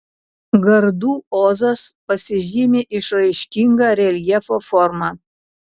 gardų ozas pasižymi išraiškinga reljefo forma